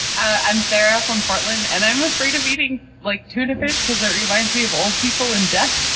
i'm sarah from portland. and i'm afraid of eating, like, tuna fish, because it reminds me of old people and death.